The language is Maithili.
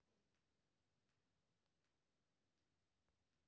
आलू रोपे वाला कोन मशीन ठीक होते?